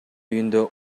үйүндө